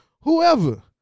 whoever